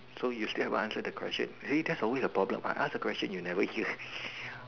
so you still haven't answer the question really that's always the problem I ask a question you never hear